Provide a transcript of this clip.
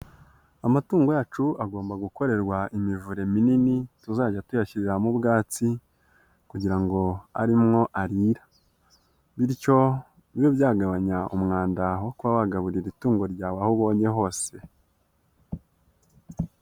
Amatungo yacu agomba gukorerwa imivure minini, tuzajya tuyashyiramo ubwatsi, kugira ngo arimwo arira, bityo bibe byagabanya umwanda, aho kuba wagaburira itungo ryawe aho ubonye hose.